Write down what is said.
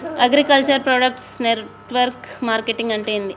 Agriculture product network marketing అంటే ఏంది?